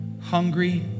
hungry